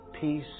peace